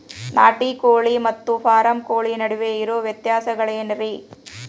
ನಾಟಿ ಕೋಳಿ ಮತ್ತ ಫಾರಂ ಕೋಳಿ ನಡುವೆ ಇರೋ ವ್ಯತ್ಯಾಸಗಳೇನರೇ?